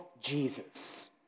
Jesus